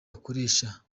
akoresha